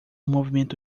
movimento